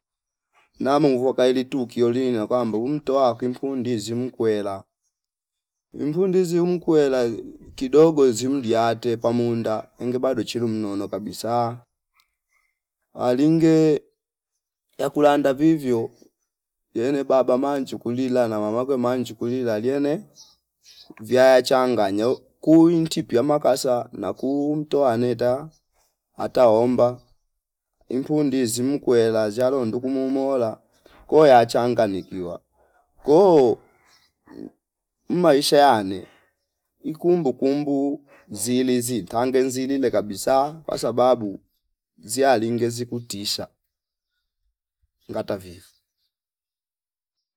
Namo vuwa kaili tu kiyolini na kwambo umto wa kimku ndizi mkwela imvu ndizi uumkwela kidogo zimdia ate pamunda enge bado chili mnono kabisa alinge yakulanda vivyo yene baba manji kulila na mamakwe manji kulila liene viaya changanya kuyunti piyama kasa na kuumtoa aneta ataomba ipu ndizi mkwe la zshyalo nduku muumola ko ya changanyikiwa ko mmaisha ane ikumbu kumbu zilizi tange nzilile kabisa kwasababu ziya linge zikutisha ngativo